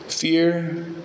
Fear